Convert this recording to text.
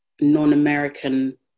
non-American